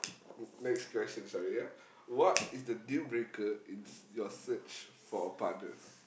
n~ next question sorry ya what is the deal breaker in your search for a partner